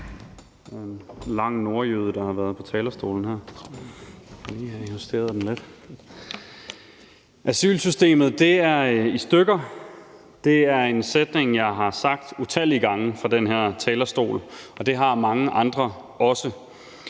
Asylsystemet er i stykker. Det er en sætning, jeg har sagt utallige gange fra den her talerstol, og det har mange andre også.